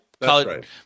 college